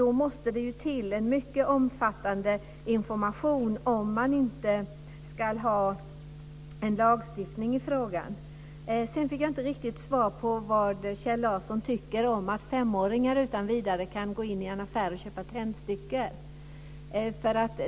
Då måste det till en mycket omfattande information om man inte ska ha en lagstiftning i frågan. Sedan fick jag inte riktigt svar på vad Kjell Larsson tycker om att femåringar utan vidare kan gå in i en affär och köpa tändstickor.